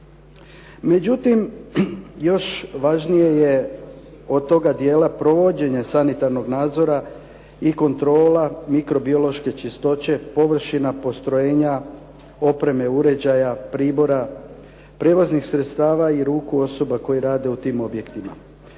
Međutim, još važnije je od toga dijela provođenja sanitarnog nadzora i kontrola mikrobiološke čistoće površina, postrojenja, opreme, uređaja, pribora, prijevoznih sredstava i ruku osoba koje rade u tim objektima.